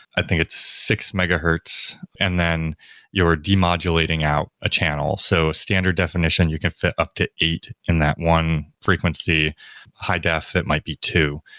i think it's six megahertz, and then your demodulating out a channel. so standard definition, you can fit up to eight in that one frequency hi-def, it might be two.